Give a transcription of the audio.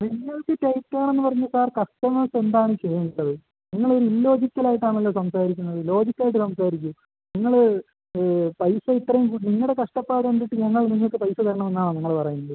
നിങ്ങൾക്ക് ടൈറ്റാണെന്ന് പറഞ്ഞ് സാർ കസ്റ്റമേഴ്സ് എന്താണ് ചെയ്യേണ്ടത് നിങ്ങൾ ഇല്ലോജിക്കലായിട്ടാണല്ലോ സംസാരിക്കുന്നത് ലോജിക്കായിട്ട് സംസാരിക്ക് നിങ്ങൾ പൈസ ഇത്രയും കൂടി നിങ്ങളുടെ കഷ്ടപ്പാട് കണ്ടിട്ട് ഞങ്ങൾ നിങ്ങൾക്ക് പൈസ തരണമെന്നാണോ നിങ്ങൾ പറയുന്നത്